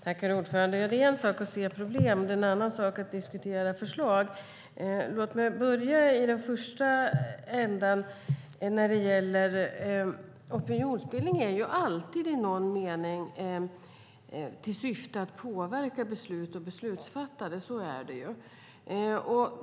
Herr talman! Det är en sak att se problem och en annan att diskutera förslag. Låt mig börja i den första ändan: Opinionsbildning har ju alltid i någon mening till syfte att påverka beslut och beslutsfattare. Så är det.